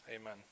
Amen